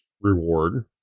reward